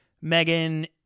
Megan